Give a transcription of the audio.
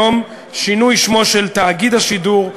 שינוי שמו של תאגיד השידור,